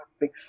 big